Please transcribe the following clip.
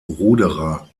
ruderer